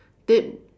they